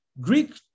Greek